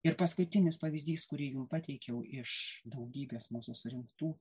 ir paskutinis pavyzdys kurį jum pateikiau iš daugybės mūsų surinktų